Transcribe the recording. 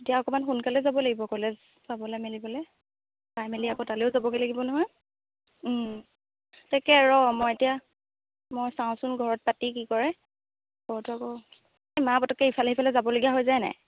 এতিয়া অকণমান সোনকালে যাব লাগিব গ'লে চাবলৈ মেলিবলৈ চাই মেলি আকৌ তালৈও যাবগৈ লাগিব নহয় তাকে ৰহ্ মই এতিয়া মই চাওঁচোন ঘৰত পাতি কি কৰে ঘৰটো আকৌ এই মা পতককৈ ইফালে সিফালে যাবলগীয়া হৈ যায় নাই